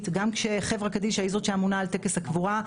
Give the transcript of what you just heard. גם כשחברה קדישא היא זאת שאמונה על טקס הקבורה.